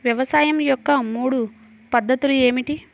వ్యవసాయం యొక్క మూడు పద్ధతులు ఏమిటి?